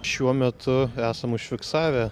šiuo metu esam užfiksavę